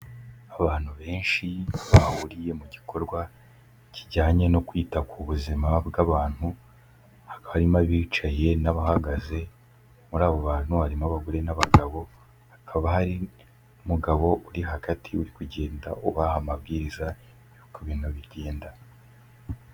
Abantu benshi bahuriye mu gikorwa kijyanye no kwita ku buzima bw'abantu, hakaba harimo abicaye n'abahagaze, muri abo bantu harimo abagore n'abagabo hakaba hari umugabo uri hagati uri kugenda ubaha amabwiriza y'uko ibintu bigenda.